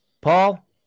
Paul